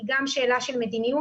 היא גם שאלה של מדיניות,